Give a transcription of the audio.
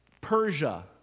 Persia